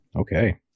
Okay